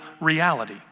reality